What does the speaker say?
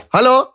Hello